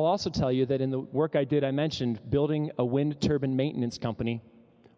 also tell you that in the work i did i mentioned building a wind turbine maintenance company